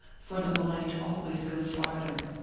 for the mind always goes farther.